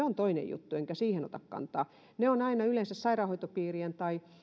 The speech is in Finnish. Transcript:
on toinen juttu enkä siihen ota kantaa ne ovat aina yleensä sairaanhoitopiirien tai